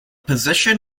position